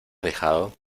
dejado